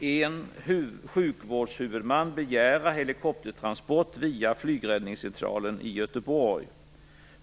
en sjukvårdshuvudman begära helikoptertransport via flygräddningscentralen i Göteborg.